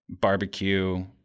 barbecue